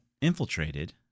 infiltrated